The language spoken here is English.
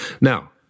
Now